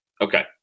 Okay